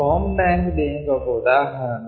sperm bank దీనికి ఒక ఉదాహరణ